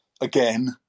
again